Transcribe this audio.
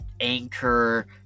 anchor